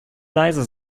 leise